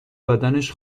بدنش